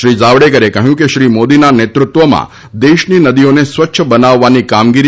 શ્રી જાવડેકરે કહ્યું કે શ્રી મોદીના નેતૃત્વમાં દેશની નદીઓને સ્વચ્છ બનાવવાની કામગીરી ઝડપથી હાથ ધરાશે